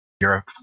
Europe